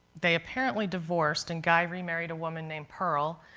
they apparently divorced and guy remarried a woman named pearl.